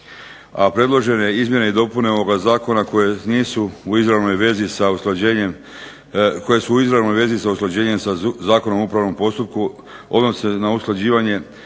A predložene izmjene i dopune ovoga zakona koje su u izravnoj vezi sa usklađenjem sa Zakonom u upravnom postupku odnose se na usklađivanje